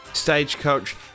Stagecoach